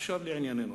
עכשיו, לענייננו.